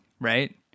right